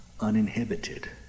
uninhibited